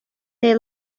they